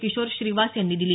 किशोर श्रीवास यांनी दिली